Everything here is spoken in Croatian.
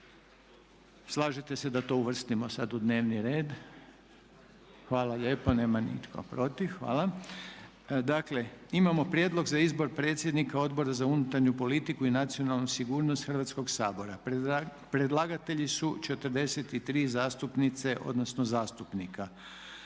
kakav predviđa Poslovnik u dnevni red. **Reiner, Željko (HDZ)** Dakle imamo: - Prijedlog za izbor predsjednika Odbora za unutarnju politiku i nacionalnu sigurnost Hrvatskoga sabora. Predlagatelji su 43 zastupnice, odnosno zastupnika.